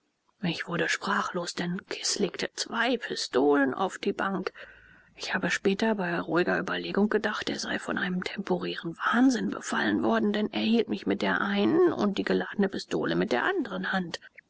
ich wurde sprachlos denn kis legte zwei pistolen auf die bank ich habe später bei ruhiger überlegung gedacht er sei von einem temporären wahnsinn befallen worden denn er hielt mich mit der einen und die geladene pistole mit der anderen hand